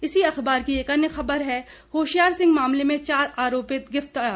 इसी अखबार की एक अन्य खबर है होशियार सिंह मामले में चार आरोपित गिरफ्तार